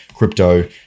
crypto